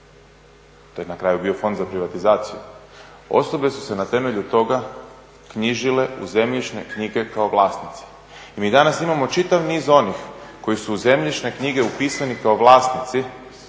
to je na kraju bio fond za privatizaciju. Osobe su se na temelju toga knjižile u zemljišne knjige kao vlasnici i mi danas imamo čitav niz onih koji su u zemljišne knjige upisani kao vlasnici